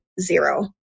zero